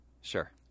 Sure